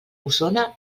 osona